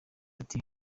ati